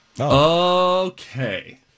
Okay